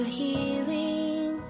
healing